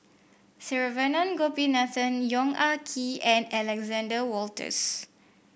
Saravanan Gopinathan Yong Ah Kee and Alexander Wolters